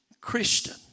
Christian